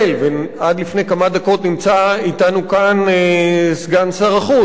עד לפני כמה דקות היה אתנו כאן סגן שר החוץ,